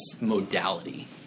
modality